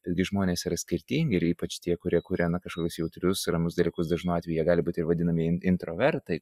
gi žmonės yra skirtingi ir ypač tie kurie kuria na kažkokius jautrius ramus dalykus dažnu atveju jie gali būti ir vadinamieji in intravertai